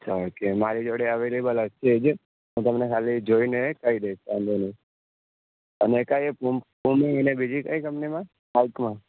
sir મારી જોડે available હશે જ હુ તમને ખાલી જોઈને કઈ દઇશ વાંધો નહીં અને કઇ પૂમ પૂમી અને બીજી કઈ કંપનીમા નાઇકમાં